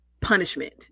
punishment